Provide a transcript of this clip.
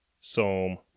Psalm